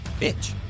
Bitch